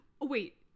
wait